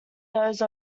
those